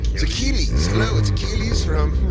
it's achilles. hello, it's achilles from.